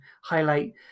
highlight